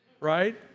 right